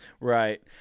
Right